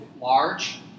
large